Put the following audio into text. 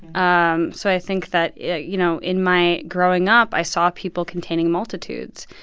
um so i think that, you know, in my growing up, i saw people containing multitudes.